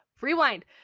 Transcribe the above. Rewind